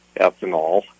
ethanol